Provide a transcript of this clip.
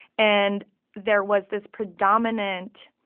and there was this predominant,